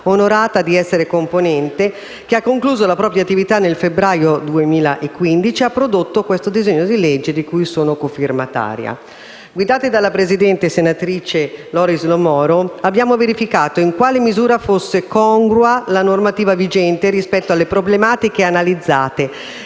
onorata di essere componente, che ha concluso la propria attività nel febbraio 2015 e ha prodotto il disegno di legge di cui sono cofirmataria. Guidati dalla presidente, senatrice Doris Lo Moro, abbiamo verificato in quale misura fosse congrua la normativa vigente rispetto alle problematiche analizzate